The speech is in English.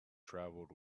travelled